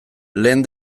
lehen